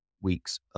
week's